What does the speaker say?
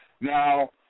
Now